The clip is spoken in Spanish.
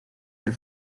del